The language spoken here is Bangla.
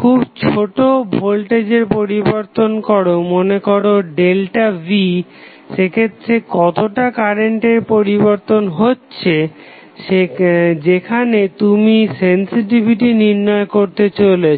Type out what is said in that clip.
খুব ছোট ভোল্টেজের পরিবর্তন করো মনেকরো V সেক্ষেত্রে কতোটা কারেন্টের পরিবর্তন হচ্ছে যেখানে তুমি সেন্সসিটিভিটি নির্ণয় করতে চলেছ